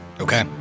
Okay